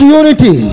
unity